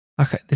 Okay